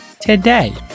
today